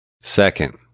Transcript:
Second